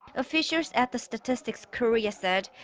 officials at the statistics korea said.